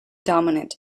dominant